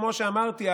כמו שאמרתי,